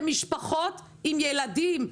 זה משפחות עם ילדים,